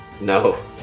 No